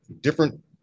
different